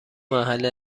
محل